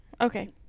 Okay